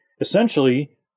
Essentially